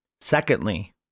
Secondly